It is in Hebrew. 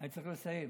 אני צריך לסיים.